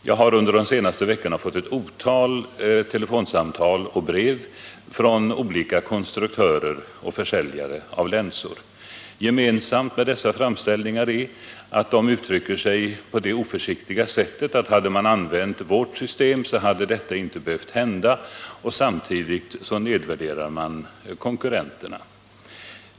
Jag har under de senaste veckorna fått ett otal telefonsamtal och brev från olika konstruktörer och försäljare av länsor. Gemensamt för dessa är att konstruktörerna och försäljarna nog så oförsiktigt påstår att om vi använt just deras system, så hade detta inte behövt hända, och samtidigt nedvärderar man konkurrenterna.